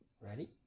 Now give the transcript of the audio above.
Ready